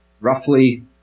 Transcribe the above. roughly